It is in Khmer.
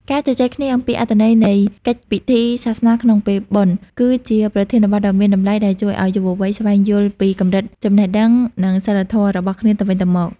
ការជជែកគ្នាអំពីអត្ថន័យនៃកិច្ចពិធីសាសនាក្នុងពេលបុណ្យ គឺជាប្រធានបទដ៏មានតម្លៃដែលជួយឱ្យយុវវ័យស្វែងយល់ពី "កម្រិតចំណេះដឹង និងសីលធម៌" របស់គ្នាទៅវិញទៅមក។